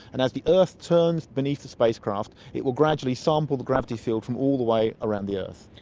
and as the earth turns beneath the spacecraft it will gradually sample the gravity field from all the way around the earth.